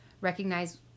recognize